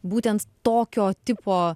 būtent tokio tipo